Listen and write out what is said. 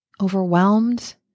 overwhelmed